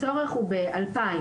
הצורך הוא ב-2,000.